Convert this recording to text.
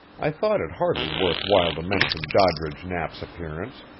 i thought it hardly worth while to mention doddridge knapp's appearance,